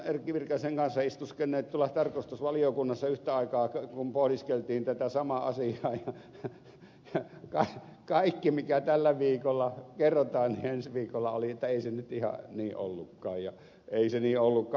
erkki virtasen kanssa istuskelleet tuolla tarkastusvaliokunnassa yhtä aikaa kun pohdiskeltiin tätä samaa asiaa ja kaikki mikä tällä viikolla kerrotaan niin ensi viikolla oli että ei se nyt ihan niin ollutkaan ja ei se niin ollutkaan